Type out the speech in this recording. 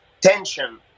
tension